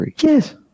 Yes